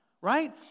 right